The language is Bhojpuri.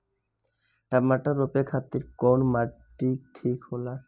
टमाटर रोपे खातीर कउन माटी ठीक होला?